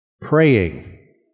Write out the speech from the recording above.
praying